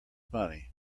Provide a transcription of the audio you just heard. money